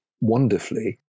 wonderfully